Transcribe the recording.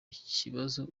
ikibazo